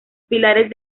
pilares